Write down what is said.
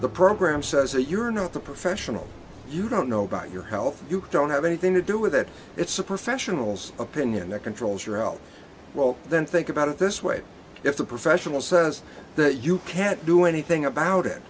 the program says that you're not a professional you don't know about your health you don't have anything to do with it it's a professional's opinion that controls your health well then think about it this way if the professional says that you can't do anything about it